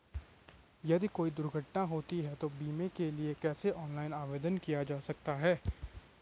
यदि कोई दुर्घटना होती है तो बीमे के लिए कैसे ऑनलाइन आवेदन किया जा सकता है?